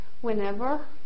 whenever